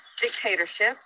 dictatorship